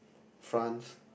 France